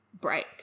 break